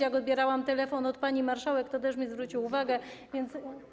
Jak odbierałam telefon od pani marszałek, to też mi zwrócił uwagę, więc.